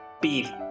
Beef